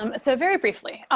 um so, very briefly.